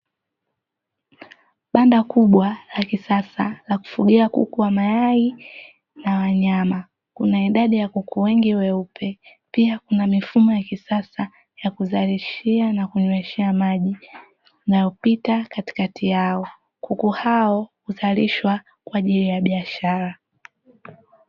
Banda kubwa la kisasa la kufugia kuku wa mayai na wa nyama, kuna idadi ya kuku wengi weupe pia kuna mifumo ya kisasa ya kuzalishia na kunyweshea maji inayopita katikati yao. Kuku hao huzalishwa kwa ajili ya biashara.